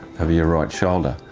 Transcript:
over your right shoulder.